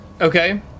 Okay